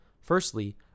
Firstly